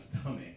stomach